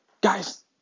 guys